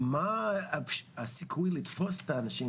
מה הסיכוי לתפוס את האנשים האלה,